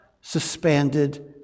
suspended